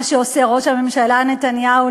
מה שעושה ראש הממשלה נתניהו,